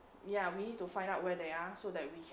ya we need to find out where they are so that we